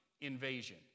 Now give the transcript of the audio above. invasion